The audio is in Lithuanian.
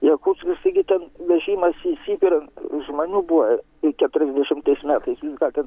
jakutskas taigi ten vežimas į sibirą žmonių buvo keturiasdešimtais metais jūs gal ten